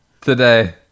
today